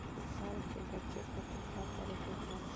बाढ़ से बचे खातिर का करे के चाहीं?